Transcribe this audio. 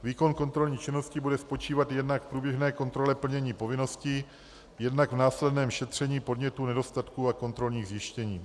Výkon kontrolní činnosti bude spočívat jednak v průběžné kontrole plnění povinností, jednak v následném šetření podnětů, nedostatků a kontrolních zjištění.